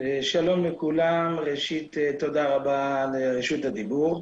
שלום לכולם, ראשית תודה רבה על רשות הדיבור,